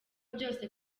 byose